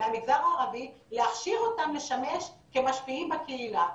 מהמגזר הערבי ולהכשיר אותם לשמש כמשפיעים בקהילה,